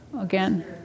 again